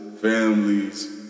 families